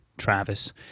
travis